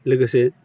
लोगोसे